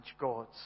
God's